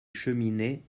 cheminée